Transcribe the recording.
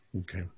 Okay